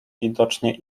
widocznie